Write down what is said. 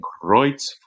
Kreuz